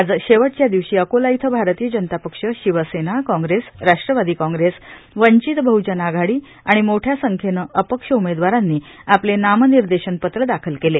आज शेवटच्या दिवशी अकोला इथ भारतीय जनता पक्ष शिवसेना काँग्रेस राष्ट्रवादी काँग्रेस वघित बह्जन आघाडी आणि मोठ्या सष्ट्येने अपक्ष उमेदवाराष्ट्री आपले नामनिर्देशनपत्र दाखल केले